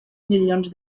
milions